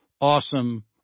awesome